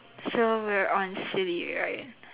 so we are on silly right